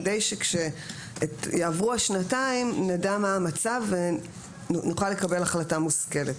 כדי שכשיעברו השנתיים נדע מה המצב ונוכל לקבל החלטה מושכלת.